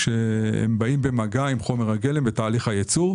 כשהם באים במגע עם חומר הגלם בתהליך הייצור.